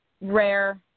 rare